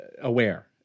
aware